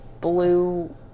blue